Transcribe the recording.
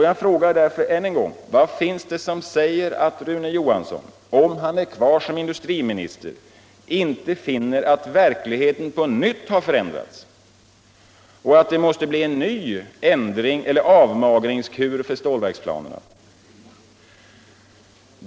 Jag frågar därför än en gång: Vad finns det som säger att Rune Johansson, om han är kvar som industriminister, inte finner att verkligheten på nytt har förändrats och att det måste bli en ny avmagringskur för stålverksplanerna?